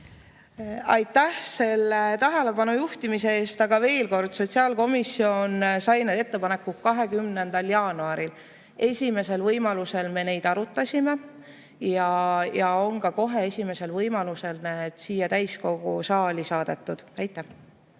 Aitäh selle tähelepanu juhtimise eest! Aga veel kord: sotsiaalkomisjon sai ettepanekud 20. jaanuaril. Esimesel võimalusel me neid arutasime ja kohe esimesel võimalusel on need ka siia täiskogu saali saadetud. Aitäh